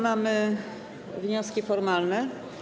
Mamy wnioski formalne.